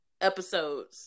episodes